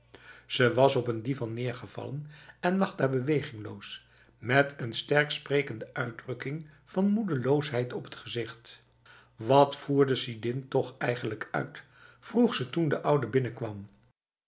ze was op een divan neergevallen en lag daar bewegingloos met een sterk sprekende uitdrukking van moedeloosheid op t gezicht wat voerde sidin toch eigenlijk uit vroeg ze toen de oude binnenkwam